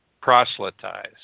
Proselytize